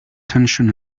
tension